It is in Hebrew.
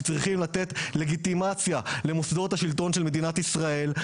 שצריכים לתת לגיטימציה למוסדות השלטון של מדינת ישראל,